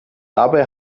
dabei